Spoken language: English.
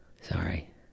Sorry